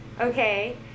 Okay